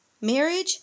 marriage